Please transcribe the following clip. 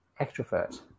Extrovert